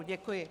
Děkuji.